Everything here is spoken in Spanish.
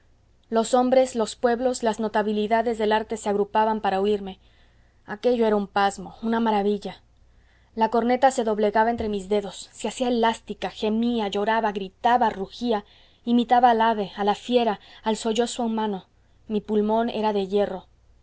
los hombres los pueblos las notabilidades del arte se agrupaban para oírme aquello era un pasmo una maravilla la corneta se doblegaba entre mis dedos se hacía elástica gemía lloraba gritaba rugía imitaba al ave a la fiera al sollozo humano mi pulmón era de hierro